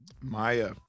Maya